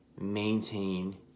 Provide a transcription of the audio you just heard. maintain